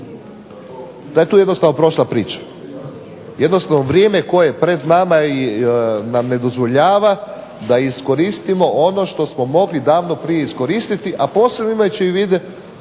da je tu jednostavno prošla priča. Jednostavno vrijeme koje je pred nama nam ne dozvoljava da iskoristimo ono što smo mogli davno prije iskoristiti, a posebno imajući u vidu